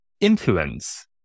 influence